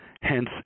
Hence